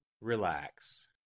Relax